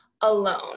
alone